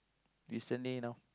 recently now